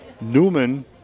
Newman